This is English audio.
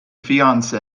fiance